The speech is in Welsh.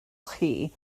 chi